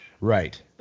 Right